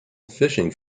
fishing